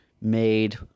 made